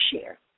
share